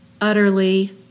Utterly